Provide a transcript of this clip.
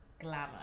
glamour